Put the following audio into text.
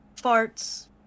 Farts